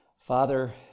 Father